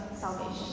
salvation